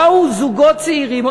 באו זוגות צעירים,